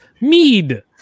mead